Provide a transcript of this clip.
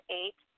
eight